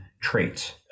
traits